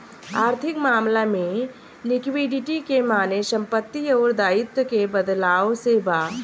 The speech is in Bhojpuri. आर्थिक मामला में लिक्विडिटी के माने संपत्ति अउर दाईत्व के बदलाव से बा